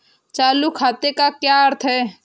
चालू खाते का क्या अर्थ है?